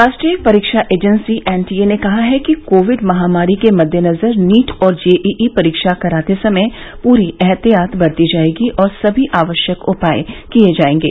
राष्ट्रीय परीक्षा agency NTA ने कहा है कि कोविड महामारी के मद्देनजर नीट और जेईई परीक्षा कराते समय पूरी ऐहतियात बरती जाएगी और सभी आवश्यक उपाए किए जाएंगे